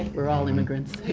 we're all immigrants.